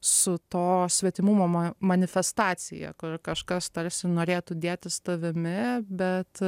su to svetimumo ma manifestacija kur kažkas tarsi norėtų dėtis tavimi bet